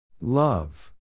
Love